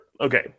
Okay